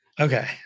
Okay